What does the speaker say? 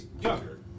younger